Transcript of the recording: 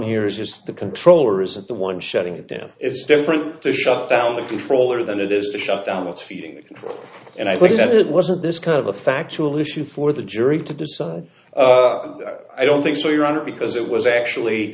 here is the controller isn't the one shutting it down it's different to shut down the controller than it is to shut down it's feeding and i wish that it wasn't this kind of a factual issue for the jury to decide i don't think so your honor because it was actually